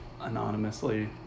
anonymously